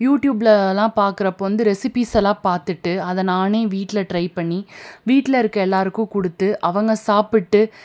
யூடியூபிலலாம் பாக்கிறப்ப வந்து ரெசிப்பிஸ் எல்லாம் பார்த்துட்டு அதை நானே வீட்டில் ட்ரை பண்ணி வீட்டில் இருக்கிற எல்லோருக்கும் கொடுத்து அவங்க சாப்பிட்டு